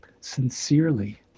sincerely